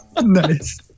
Nice